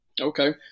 Okay